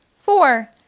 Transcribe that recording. four